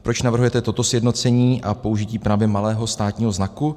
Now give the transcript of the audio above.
Proč navrhujete toto sjednocení a použití právě malého státního znaku?